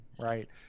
right